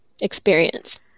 experience